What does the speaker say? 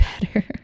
better